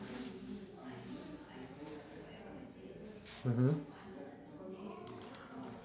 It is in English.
mmhmm